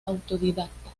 autodidacta